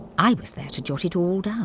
i was there to jot it all down,